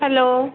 hello